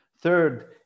third